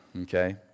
okay